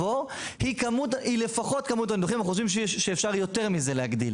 היא לפחות כמות הניתוחים ואנחנו חושבים שאפשר להגדיל יותר מזה,